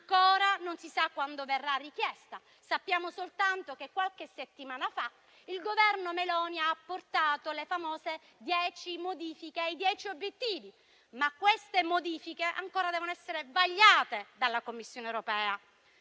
Ancora non si sa quando verrà richiesta. Sappiamo soltanto che qualche settimana fa il Governo Meloni ha apportato le famose dieci modifiche ai dieci obiettivi, ma queste modifiche ancora devono essere vagliate dalla Commissione europea.